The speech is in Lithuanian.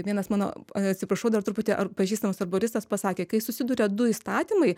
vienas mano atsiprašau dar truputį ar pažįstamas arboristas pasakė kai susiduria du įstatymai